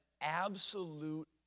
absolute